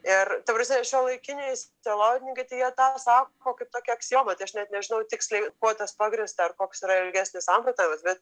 ir ta prasme šiuolaikiniai teologininkai tai jie tą sako kaip tokią aksiomą tai aš net nežinau tiksliai kuo tas pagrįsta ar koks yra ilgesnis samprotavimas bet